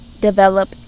develop